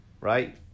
Right